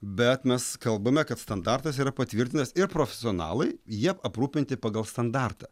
bet mes kalbame kad standartas yra patvirtintas ir profesionalai jie aprūpinti pagal standartą